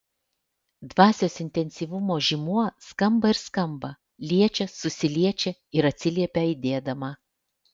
dvasios intensyvumo žymuo skamba ir skamba liečia susiliečia ir atsiliepia aidėdama